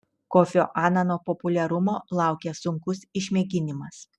kofio anano populiarumo laukia sunkus išmėginimas